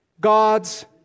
gods